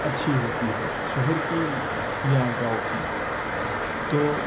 اچھی ہوتی ہے شہر کی یا گاؤں کی تو